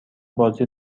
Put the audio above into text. بازی